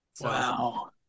Wow